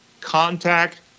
contact